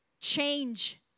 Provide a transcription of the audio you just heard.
change